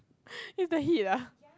is the heat ah